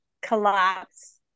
collapse